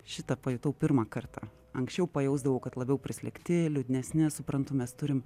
šitą pajutau pirmą kartą anksčiau pajausdavau kad labiau prislėgti liūdnesni suprantu mes turim